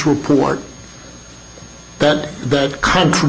report that that come from